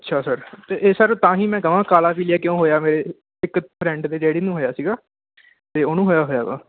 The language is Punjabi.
ਅੱਛਾ ਸਰ ਅਤੇ ਇਹ ਸਰ ਤਾਂ ਹੀ ਮੈਂ ਕਹਾਂ ਕਾਲਾ ਪੀਲੀਆਂ ਕਿਉਂ ਹੋਇਆ ਮੇਰੇ ਇੱਕ ਟਰੈਂਡ ਦੇ ਡੈਡੀ ਨੂੰ ਹੋਇਆ ਸੀਗਾ ਅਤੇ ਉਹਨੂੰ ਹੋਇਆ ਹੋਇਆ ਆ